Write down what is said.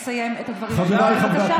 בוסו, פעם שנייה.